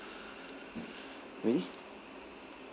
ready